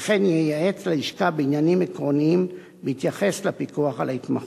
וכן ייעץ ללשכה בעניינים עקרוניים בהתייחס לפיקוח על ההתמחות.